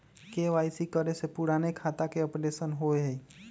KYC करें से पुराने खाता के अपडेशन होवेई?